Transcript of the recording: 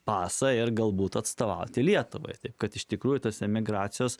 pasą ir galbūt atstovauti lietuvai tai kad iš tikrųjų tas emigracijos